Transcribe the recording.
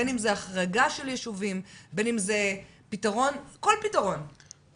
בין אם זה החרגה של יישובים או כל פתרון אחר,